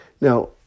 Now